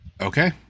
Okay